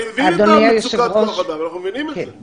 אני מבין את מצוקת כוח-האדם, אז